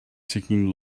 seeking